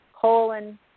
colon